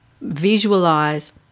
visualize